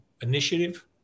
initiative